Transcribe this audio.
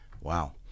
Wow